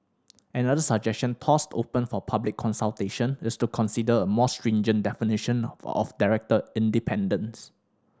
another suggestion tossed open for public consultation is to consider a more stringent definition of director independence